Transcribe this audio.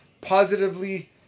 positively